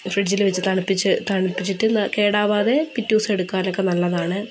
ഫ്രിഡ്ജിൽ വച്ച് തണുപ്പിച്ച് തണുപ്പിച്ചിട്ട് കേടാവാതെ പിറ്റേ ദിവസം എടുക്കാനൊക്കെ നല്ലതാണ്